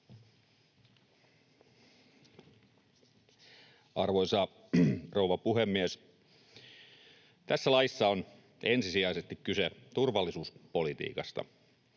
Arvoisa rouva puhemies! Tässä laissa on ensisijaisesti kyse turvallisuuspolitiikasta.